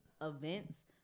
events